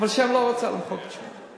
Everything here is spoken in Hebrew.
אבל ה' לא רצה למחוק את שמו,